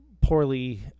poorly